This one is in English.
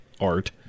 art